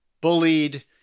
bullied